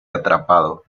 atrapado